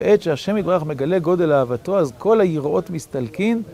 בעת שהשם יתברך מגלה גודל אהבתו, אז כל היראות מסתלקים.